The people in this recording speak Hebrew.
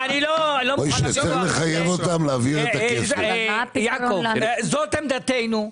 זאת עמדתנו.